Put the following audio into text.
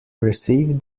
received